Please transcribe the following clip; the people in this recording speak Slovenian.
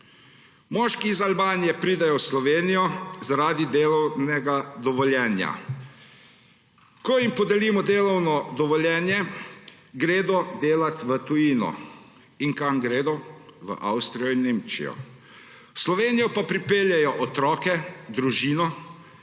Moški iz Albanije pridejo v Slovenijo zaradi delovnega dovoljenja. Ko jim podelimo delovno dovoljenje, gredo delat v tujino. In kam gredo? V Avstrijo in Nemčijo, v Slovenijo pa pripeljejo otroke, družino